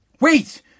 Wait